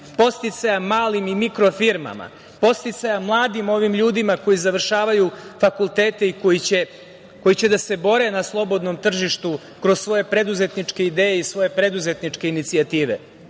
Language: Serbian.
podsticajem malim i mikro firmama, podsticajem mladim ovim ljudima koji završavaju fakultete i koji će da se bore na slobodnom tržištu kroz svoje preduzetničke ideje i svoje preduzetničke inicijative